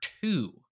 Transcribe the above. two